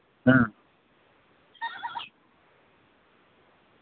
ᱦᱮᱸ